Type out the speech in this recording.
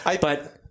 But-